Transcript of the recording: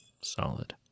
solid